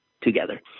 together